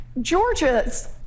Georgia's